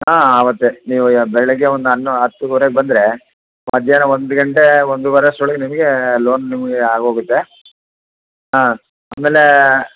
ಹಾಂ ಆವತ್ತೇ ನೀವು ಬೆಳಿಗ್ಗೆ ಒಂದು ಹನ್ನು ಹತ್ತೂವರೆಗೆ ಬಂದರೆ ಮಧ್ಯಾಹ್ನ ಒಂದು ಗಂಟೆ ಒಂದೂವರೆ ಅಷ್ಟರೊಳಗೆ ನಿಮಗೆ ಲೋನ್ ನಿಮಗೆ ಆಗೋಗುತ್ತೆ ಹಾಂ ಆಮೇಲೆ